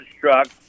truck